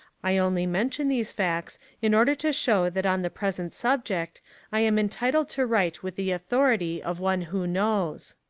i only mention these facts in order to show that on the present subject i am entitled to write with the authority of one who knows.